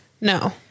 No